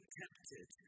tempted